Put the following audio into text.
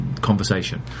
conversation